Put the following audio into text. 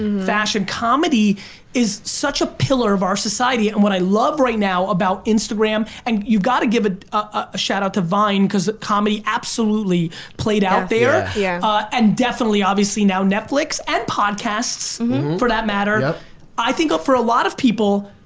fashion. comedy is such a pillar of our society. and what i love right now about instagram and you've gotta give ah a shout out to vine cause comedy absolutely played out there. yeah ah and definitely, obviously now netflix and podcasts for that matter. i think for a lot of people,